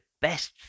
best